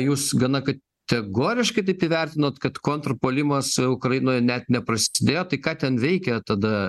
jūs gana kategoriškai taip įvertinot kad kontrpuolimas ukrainoje net neprasidėjo tai ką ten veikia tada